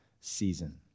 season